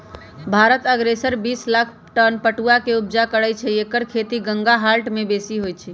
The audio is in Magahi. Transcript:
भारत असगरे बिस लाख टन पटुआ के ऊपजा करै छै एकर खेती गंगा डेल्टा में बेशी होइ छइ